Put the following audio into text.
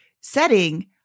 setting